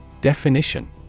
Definition